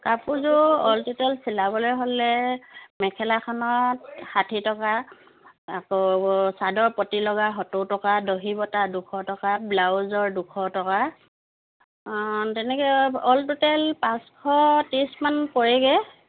কাপোৰযোৰ all total চিলাবলৈ হ'লে মেখেলাখনত ষাঠি টকা আকৌ চাদৰ পতি লগা সত্তৰ টকা দহি বটা দুশ টকা ব্লাউজৰ দুশ টকা তেনেকৈ অল ট'টেল পাঁচশ ত্ৰিছমান পৰেগৈ